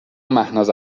مهناز